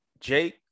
Jake